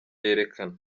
yerekana